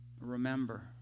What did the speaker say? Remember